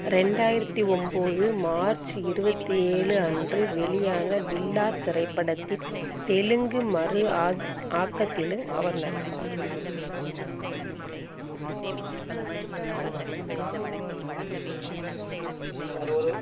ரெண்டாயிரத்து ஒம்பது மார்ச் இருபத்தி ஏழு அன்று வெளியான பில்லா திரைப்படத்தின் தெலுங்கு மறு ஆக் ஆக்கத்திலும் அவர் நடித்தார் வேறு ஒரு